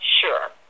sure